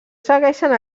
segueixen